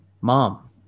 Mom